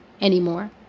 anymore